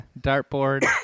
Dartboard